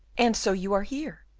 and so you are here?